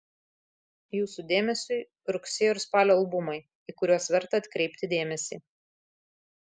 jūsų dėmesiui rugsėjo ir spalio albumai į kuriuos verta atkreipti dėmesį